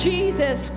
Jesus